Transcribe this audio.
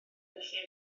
felly